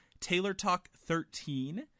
TaylorTalk13